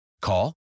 Call